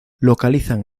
localizan